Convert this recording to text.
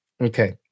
okay